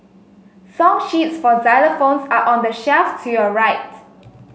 song sheets for xylophones are on the shelf to your right